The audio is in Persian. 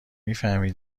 میفهمی